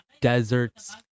deserts